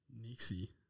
Nixie